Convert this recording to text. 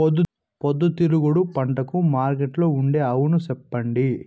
పొద్దుతిరుగుడు పంటకు మార్కెట్లో ఉండే అవును చెప్పండి?